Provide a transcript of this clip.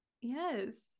Yes